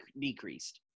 decreased